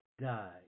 Die